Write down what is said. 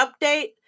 update